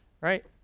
right